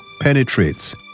penetrates